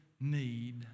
need